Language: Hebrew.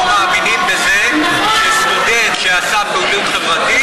אנחנו מאמינים בזה שסטודנט שעשה פעילות חברתית